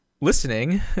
listening